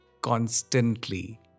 Constantly